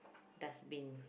dustbin